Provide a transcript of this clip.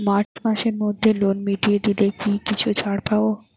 March মাসের মধ্যে loan মিটিয়ে দিলে কি কিছু ছাড় পাব?